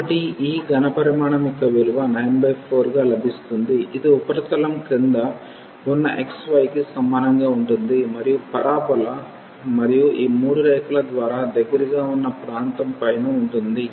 కాబట్టి ఈ ఘనపరిమాణం యొక్క విలువ94 గా లభిస్తుంది ఇది ఉపరితలం క్రింద ఉన్న xy కి సమానంగా ఉంటుంది మరియు పరబోలా మరియు ఈ మూడు రేఖల ద్వారా దగ్గరగా ఉన్న ప్రాంతం పైన ఉంటుంది